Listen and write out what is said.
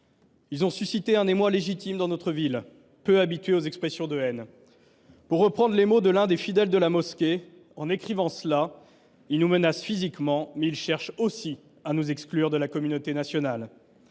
Ils ont suscité un émoi légitime dans notre ville, peu habituée aux expressions de haine. Je reprendrai les mots de l’un des fidèles de la mosquée :« En écrivant cela, ils nous menacent physiquement, mais ils cherchent aussi à nous exclure de la communauté nationale.